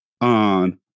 on